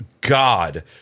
God